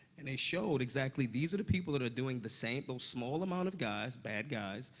and they showed exactly, these are the people that are doing the same those small amount of guys, bad guys,